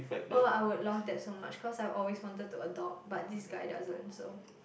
oh I would love that so much cause I always wanted to adopt but this guy doesn't so